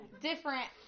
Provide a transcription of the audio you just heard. Different